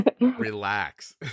relax